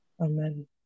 Amen